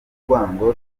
urwango